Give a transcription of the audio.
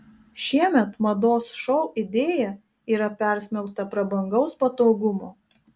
šiemet mados šou idėja yra persmelkta prabangaus patogumo